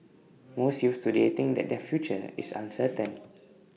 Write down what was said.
most youths today think that their future is uncertain